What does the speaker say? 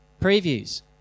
Previews